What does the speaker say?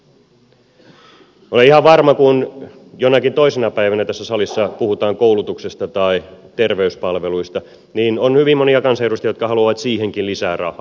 olen ihan varma että kun jonakin toisena päivänä tässä salissa puhutaan koulutuksesta tai terveyspalveluista niin on hyvin monia kansanedustajia jotka haluavat siihenkin lisää rahaa